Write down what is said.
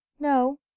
no